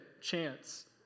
chance